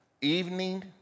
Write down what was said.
evening